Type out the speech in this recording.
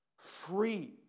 free